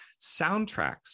soundtracks